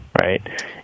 right